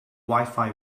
wifi